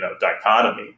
dichotomy